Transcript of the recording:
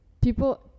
People